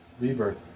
Rebirth